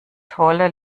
tolle